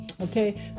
Okay